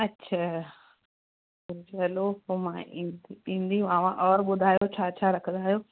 अच्छा okay hello पोइ मां ईंदी ईंदीमाव और ॿुधायो छा छा रखिंदा आहियो